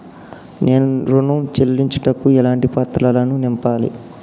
నేను ఋణం చెల్లించుటకు ఎలాంటి పత్రాలను నింపాలి?